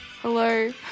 Hello